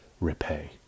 repay